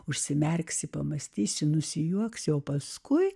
užsimerksi pamąstysi nusijuoksi o paskui